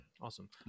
Awesome